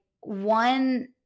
one